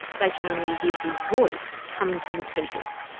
they can only hear his voice coming from the speakers.